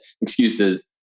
excuses